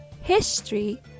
History